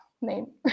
name